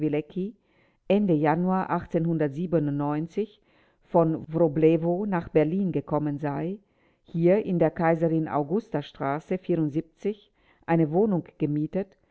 ende januar von wroblewo nach berlin gekommen sei hier in der kaiserin augustastraße eine wohnung gemietet